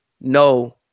no